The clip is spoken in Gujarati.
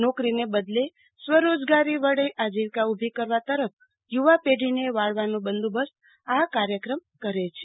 નોકરીને બદલે સ્વરોજગારી વડે આજીવિકા ઊભી કરવા તરફ યુવા પેઢીને વાળવાનો બંદોબસ્ત આ કાર્યક્રમ કરે છે